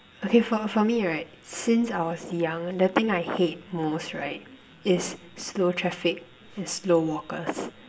okay for for right me since I was young the thing I hate most right is slow traffic and slow walkers